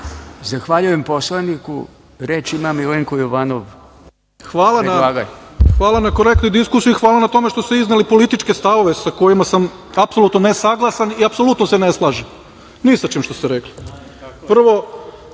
Zahvaljujem poslaniku. Reč ima Milenko Jovanov. **Milenko Jovanov** Hvala na korektnoj diskusiji i hvala na tome što ste izneli političke stavove sa kojima sam apsolutno nesaglasan i apsolutno se ne slažem, ni sa čim što ste rekli. Prvo,